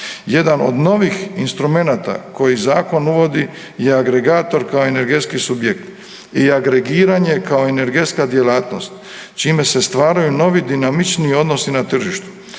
Jedan od novih instrumenata koji zakon uvodi je agregator kao energetski subjekt i agregiranje kao energetska djelatnost čime se stvaraju novi i dinamičniji odnosi na tržištu.